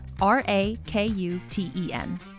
R-A-K-U-T-E-N